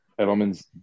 Edelman's